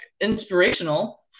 inspirational